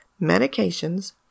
medications